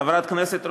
חברת הכנסת רוזין,